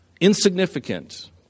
insignificant